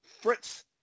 Fritz